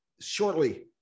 shortly